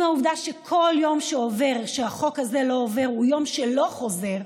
עם העובדה שכל יום שעובר והחוק הזה לא עובר הוא יום שלא חוזר,